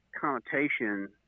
connotation